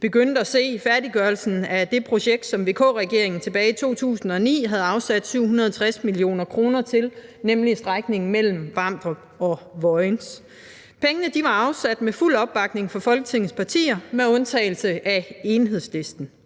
begyndte at se færdiggørelsen af det projekt, som VK-regeringen tilbage i 2009 havde afsat 760 mio. kr. til, nemlig strækningen mellem Vamdrup og Vojens. Pengene var afsat med fuld opbakning fra Folketingets partier med undtagelse af Enhedslisten.